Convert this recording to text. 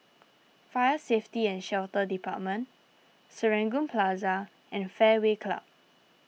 Fire Safety and Shelter Department Serangoon Plaza and Fairway Club